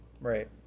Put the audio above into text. Right